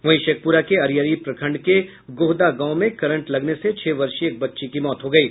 वहीं शेखपुरा के अरियरी प्रखंड के गोहदा गांव में करंट लगने से छह वर्षीय एक बच्ची की मौत हो गयी